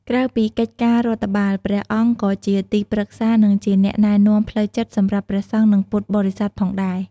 ក្រៅពីកិច្ចការរដ្ឋបាល ព្រះអង្គក៏ជាទីប្រឹក្សា និងជាអ្នកណែនាំផ្លូវចិត្តសម្រាប់ព្រះសង្ឃ និងពុទ្ធបរិស័ទផងដែរ។